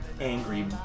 Angry